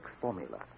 formula